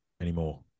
anymore